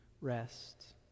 rest